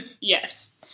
Yes